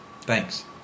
Thanks